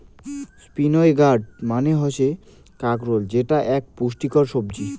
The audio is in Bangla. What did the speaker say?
স্পিনই গার্ড মানে হসে কাঁকরোল যেটি আক পুষ্টিকর সবজি